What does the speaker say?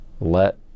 let